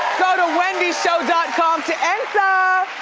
go to wendyshow dot com to enter.